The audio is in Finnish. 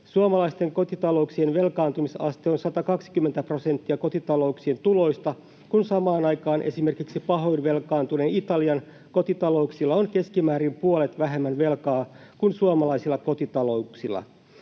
Suomalaisten kotitalouksien velkaantumisaste on 120 prosenttia kotitalouksien tuloista, kun samaan aikaan esimerkiksi pahoin velkaantuneen Italian kotitalouksilla on keskimäärin puolet vähemmän velkaa kuin suomalaisilla kotitalouksilla.